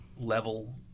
level